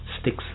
Sticks